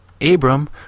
Abram